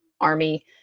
Army